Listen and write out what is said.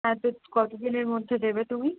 হ্যাঁ তো কত দিনের মধ্যে দেবে তুমি